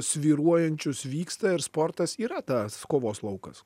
svyruojančius vyksta ir sportas yra tas kovos laukas